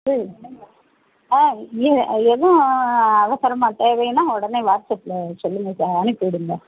ம் ஆ நீங்கள் எதுவும் அவசரமாக தேவைன்னா உடனே வாட்ஸ்அப்பில் சொல்லுங்கள் சார் அனுப்பி விடுங்க